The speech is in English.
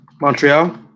montreal